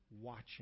watching